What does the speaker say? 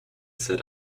said